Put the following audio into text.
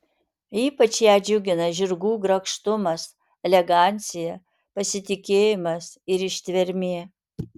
ypač ją džiugina žirgų grakštumas elegancija pasitikėjimas ir ištvermė